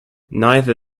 neither